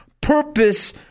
purpose